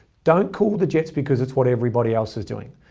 don't cool the jets because it's what everybody else is doing.